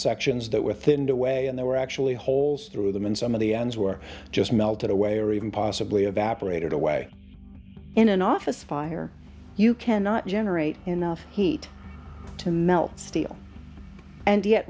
sections that within the way and there were actually holes through them and some of the ends were just melted away or even possibly evaporated away in an office fire you cannot generate enough heat to melt steel and yet